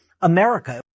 america